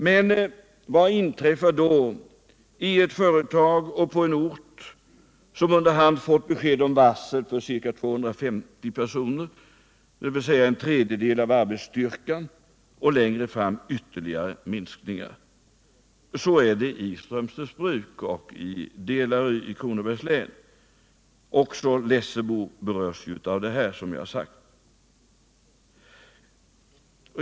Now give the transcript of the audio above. Men vad inträffar i ett företag och på en ort där man under hand fått besked om varsel för ca 250 personer, dvs. en tredjedel av arbetsstyrkan, och längre fram ytterligare minskningar? Så är det i Strömsnäs bruk och i andra delar av Kronobergs län — även Lessebo berörs, som jag tidigare har sagt.